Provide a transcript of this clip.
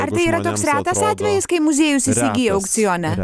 ar tai yra toks retas atvejis kai muziejus įsigija aukcione